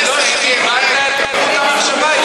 זה לא שאיבדת את חוט המחשבה,